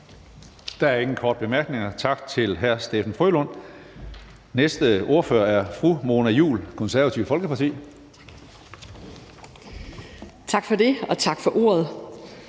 Der er ingen korte bemærkninger. Tak til hr. Steffen W. Frølund. Næste ordfører er fru Mona Juul, Det Konservative Folkeparti. Kl. 14:22 (Ordfører)